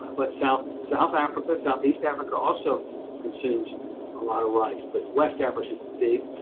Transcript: but south, south africa, southeast africa also consumes a lot of rice. but west africa is the big,